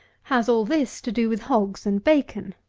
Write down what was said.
has all this to do with hogs and bacon?